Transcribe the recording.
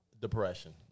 Depression